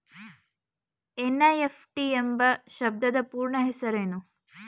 NEFT ಎಂಬ ಶಬ್ದದ ಪೂರ್ಣ ಹೆಸರೇನು?